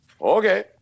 Okay